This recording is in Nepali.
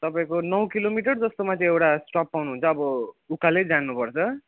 तपाईँको नौ किलोमिटर जस्तोमा त्यो एउटा स्टप पाउनुहुन्छ अब उकालै जानुपर्छ